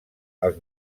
els